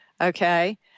Okay